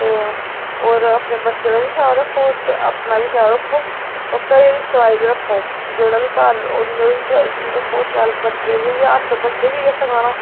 ते होर अपने बच्चें दा बी ख्याल रक्खो ते अपना बी ख्याल रक्खो होर घरै दी सफाई बी रक्खो जेह्ड़ा बी घर होंदा ओह्दी सफाई सफूई रक्खो शैल बच्चें दे बी हत्थ बच्चें बी इ'यै सखाना